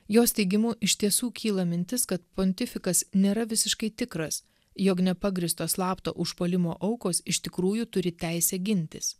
jos teigimu iš tiesų kyla mintis kad pontifikas nėra visiškai tikras jog nepagrįsto slapto užpuolimo aukos iš tikrųjų turi teisę gintis